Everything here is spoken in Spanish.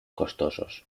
costosos